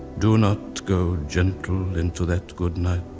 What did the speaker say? do not go gentle into that good night.